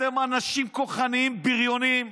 אתם אנשים כוחניים, בריונים.